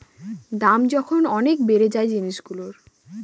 দাম যখন অনেক বেড়ে যায় জিনিসগুলোর